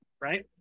right